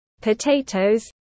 potatoes